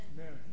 Amen